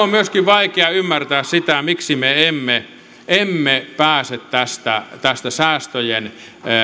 on myöskin vaikea ymmärtää sitä miksi me emme emme pääse tästä tästä säästöjen